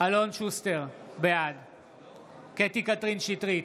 אלון שוסטר, בעד קטי קטרין שטרית,